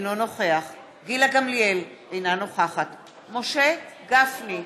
אינו נוכח גילה גמליאל, אינה נוכחת משה גפני,